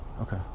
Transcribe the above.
Okay